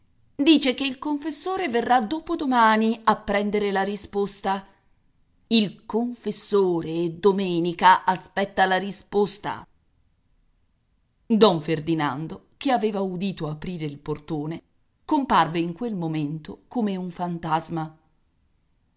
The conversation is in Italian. dice che il confessore verrà dopodomani a prendere la risposta il confessore domenica aspetta la risposta don ferdinando che aveva udito aprire il portone comparve in quel momento come un fantasma